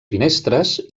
finestres